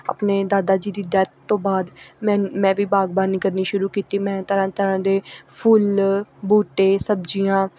ਆਪਣੇ ਦਾਦਾ ਜੀ ਦੀ ਡੈੱਥ ਤੋਂ ਬਾਅਦ ਮੈਨ ਮੈਂ ਵੀ ਬਾਗਬਾਨੀ ਕਰਨੀ ਸ਼ੁਰੂ ਕੀਤੀ ਮੈਂ ਤਰ੍ਹਾਂ ਤਰ੍ਹਾਂ ਦੇ ਫੁੱਲ ਬੂਟੇ ਸਬਜ਼ੀਆਂ